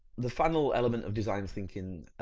the final element of design thinking